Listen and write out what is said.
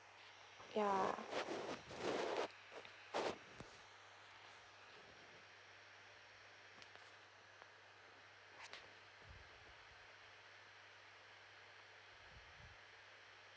ya